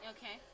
Okay